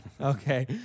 Okay